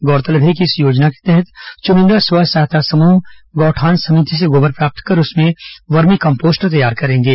गौरतलब है कि इस योजना के तहत चुनिंदा स्व सहायता समूह गौठान समिति से गोबर प्राप्त कर उससे वर्मी कम्पोस्ट तैयार करेंगे